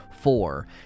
four